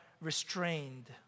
restrained